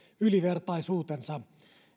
ylivertaisuutensa